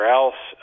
else